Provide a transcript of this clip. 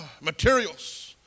materials